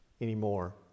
anymore